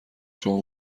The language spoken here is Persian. شما